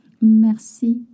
Merci